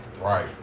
Right